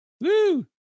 Woo